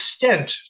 extent